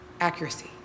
accuracy